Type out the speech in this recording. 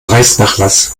preisnachlass